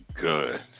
Good